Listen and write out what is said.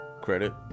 Credit